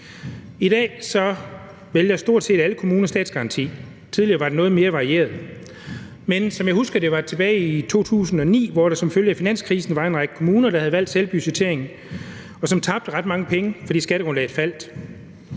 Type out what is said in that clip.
I dag vælger stort set alle kommuner statsgaranti. Tidligere var det noget mere varieret. Men jeg husker tilbage til 2009, hvor der som følge af finanskrisen var en række kommuner, der havde valgt selvbudgettering, og som tabte ret mange penge, fordi skattegrundlaget faldt.